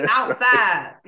Outside